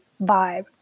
vibe